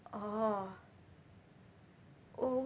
orh